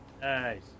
Nice